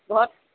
ঘৰত